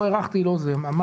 לא הערכתי נכון.